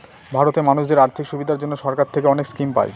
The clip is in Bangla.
ভারতে মানুষদের আর্থিক সুবিধার জন্য সরকার থেকে অনেক স্কিম পায়